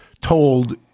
told